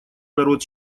народ